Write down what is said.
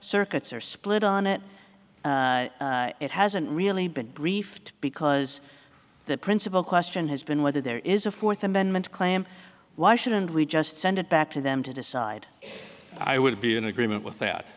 circuits are split on it it hasn't really been briefed because the principle question has been whether there is a fourth amendment claim why shouldn't we just send it back to them to decide i would be in agreement with that